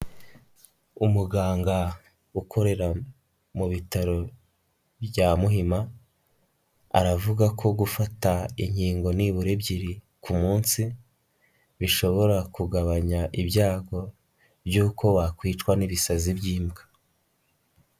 Umuganga ukorera mu bitaro bya Muhima aravuga ko gufata inkingo nibura ebyiri ku munsi bishobora kugabanya ibyago by'uko wakwicwa n'ibisazi by'imbwa.